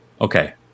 Okay